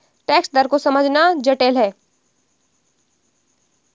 tax दर को समझना जटिल है